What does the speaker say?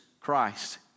Christ